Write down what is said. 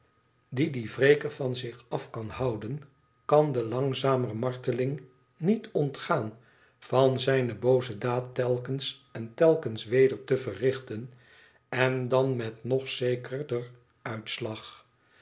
die dien wreker van zich af kan houden kan de langzamer marteling niet ontgaan vas zijne booze daad telkens en telkens weder te verrichten en dan met nog zekerder uitslag